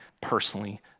personally